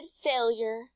failure